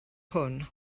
hwn